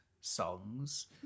songs